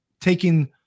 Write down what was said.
taking